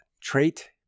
trait